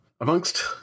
Amongst